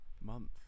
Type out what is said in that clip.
month